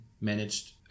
managed